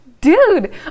dude